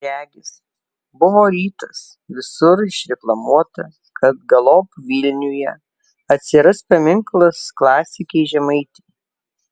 regis buvo rytas visur išreklamuota kad galop vilniuje atsiras paminklas klasikei žemaitei